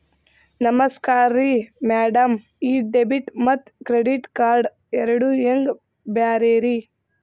ನಮಸ್ಕಾರ್ರಿ ಮ್ಯಾಡಂ ಈ ಡೆಬಿಟ ಮತ್ತ ಕ್ರೆಡಿಟ್ ಕಾರ್ಡ್ ಎರಡೂ ಹೆಂಗ ಬ್ಯಾರೆ ರಿ?